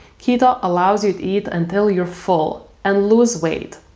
keto allows you to eat until you're full and lose weight.